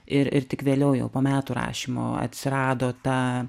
ir ir tik vėliau jau po metų rašymo atsirado ta